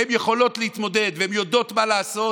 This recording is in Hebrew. הן יכולות להתמודד והן יודעות מה לעשות,